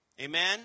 Amen